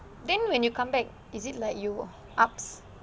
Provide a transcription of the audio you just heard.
then when you come back is it like you ups